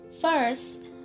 First